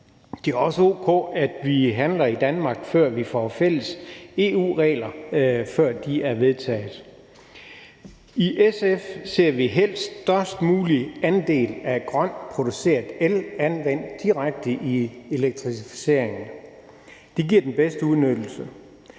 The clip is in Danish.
Det er også o.k., at vi handler i Danmark, før vi får fælles EU-regler og de er vedtaget. I SF ser vi helst den størst mulige andel af grønt produceret el anvendt direkte i elektrificeringen. Det giver den bedste udnyttelse.